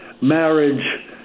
marriage